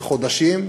בחודשים,